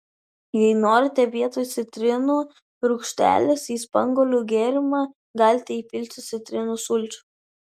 jei norite vietoj citrinų rūgštelės į spanguolių gėrimą galite įpilti citrinų sulčių